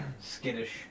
skittish